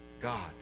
God